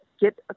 get